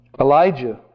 Elijah